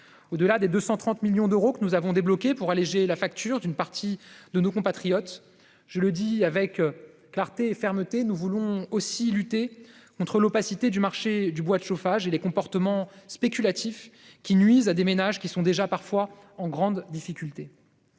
Au-delà des 230 millions que nous avons ainsi débloqués pour alléger la facture d'une partie de nos compatriotes, nous voulons également- je le dis avec fermeté -lutter contre l'opacité du marché du bois de chauffage et les comportements spéculatifs qui nuisent à des ménages qui sont déjà parfois en grande difficulté.